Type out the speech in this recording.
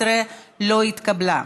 11 לא התקבלה.